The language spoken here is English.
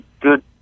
good